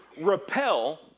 repel